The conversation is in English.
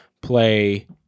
play